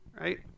right